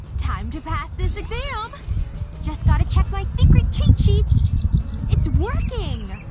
time to pass this exam just gotta check my secret cheat sheet it's working!